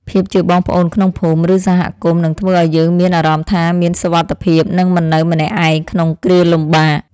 ភាពជាបងប្អូនក្នុងភូមិ ឬសហគមន៍នឹងធ្វើឱ្យយើងមានអារម្មណ៍ថា មានសុវត្ថិភាពនិងមិននៅម្នាក់ឯងក្នុងគ្រាលំបាក។